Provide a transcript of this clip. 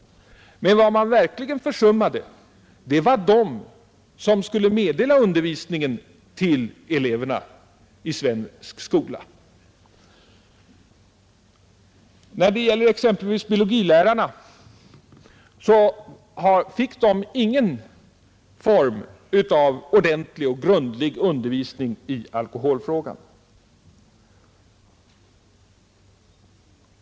Men vad man verkligen försummade var informationen till dem som skulle meddela undervisningen till eleverna i svensk skola. Exempelvis biologilärarna fick ingen form av ordentlig och grundlig undervisning i alkoholfrågan.